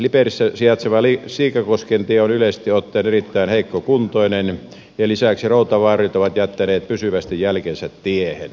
liperissä sijaitseva siikakoskentie on yleisesti ottaen erittäin heikkokuntoinen ja lisäksi routavauriot ovat jättäneet pysyvästi jälkensä tiehen